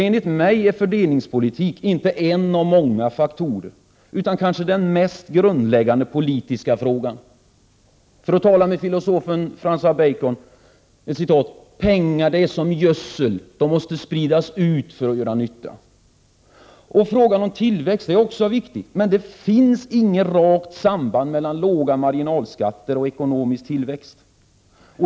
Enligt mig är fördelningspolitik inte en av många faktorer utan kanske den mest grundläggande politiska frågan. För att tala med filosofen Francis Bacon: ”Det är med pengar som med gödsel, utan värde om de inte sprids.” Frågan om tillväxten är också viktig, men det finns inget rakt samband mellan låga marginalskatter och ekonomisk tillväxt.